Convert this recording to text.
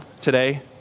today